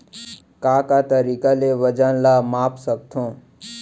का का तरीक़ा ले वजन ला माप सकथो?